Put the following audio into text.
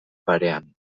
parean